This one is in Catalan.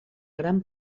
gran